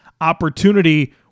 opportunity